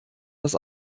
das